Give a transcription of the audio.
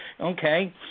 Okay